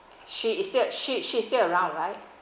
she is still she she's still around right